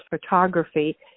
photography